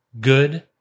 good